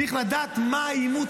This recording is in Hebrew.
צריך לדעת על מה העימות,